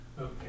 Okay